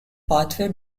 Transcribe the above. pathway